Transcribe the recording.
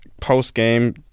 Post-game